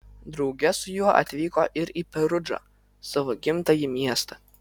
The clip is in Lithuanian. drauge su juo atvyko ir į perudžą savo gimtąjį miestą